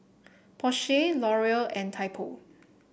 Porsche Laurier and Typo